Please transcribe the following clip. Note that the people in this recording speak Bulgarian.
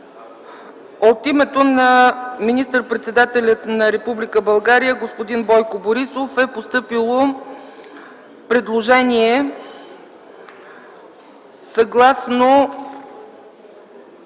От името на министър-председателя на Република България господин Бойко Борисов е постъпило предложение - съгласно